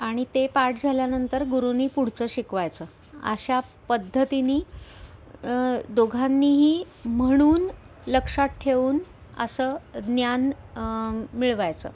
आणि ते पाठ झाल्यानंतर गुरुनी पुढचं शिकवायचं अशा पद्धतीने दोघांनीही म्हणून लक्षात ठेवून असं ज्ञान मिळवायचं